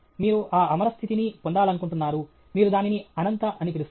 మీరు ఆ అమర స్థితిని పొందాలనుకుంటున్నారు మీరు దానిని 'అనంత' అని పిలుస్తారు